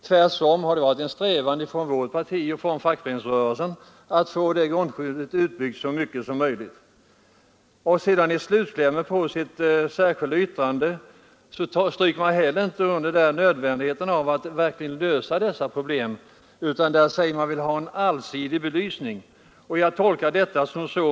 Tvärtom har det varit en strävan från vårt parti och från fackföreningsrörelsen att få det grundskyddet utbyggt så mycket som möjligt. I slutklämmen till sitt särskilda yttrande stryker man heller inte under nödvändigheten av att verkligen lösa dessa problem, utan man vill ha en allsidig belysning.